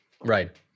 Right